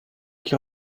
qui